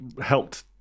helped